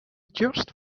just